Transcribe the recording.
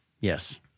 yes